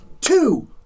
two